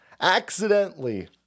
accidentally